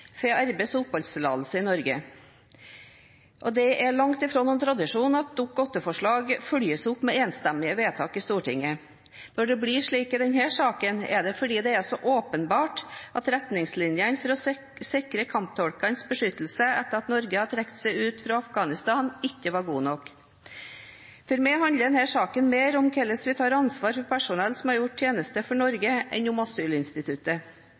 arbeids- og oppholdstillatelse i Norge. Det er langt fra noen tradisjon at Dokument 8-forslag følges opp med enstemmige vedtak i Stortinget. Når det blir slik i denne saken, er det fordi det er så åpenbart at retningslinjene for å sikre kamptolkene beskyttelse etter at Norge trakk seg ut fra Afghanistan, ikke var gode nok. For meg handler denne saken mer om hvordan vi tar ansvar for personell som har gjort tjeneste for Norge, enn om asylinstituttet.